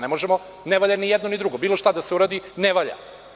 Ne valja ni jedno ni drugo. bilo šta da se uradi, ne valja.